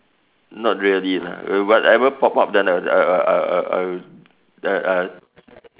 not really lah uh whatever pop up then I I I I I I I'll